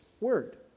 word